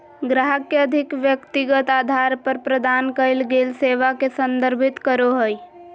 ग्राहक के अधिक व्यक्तिगत अधार पर प्रदान कइल गेल सेवा के संदर्भित करो हइ